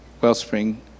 Wellspring